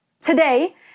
Today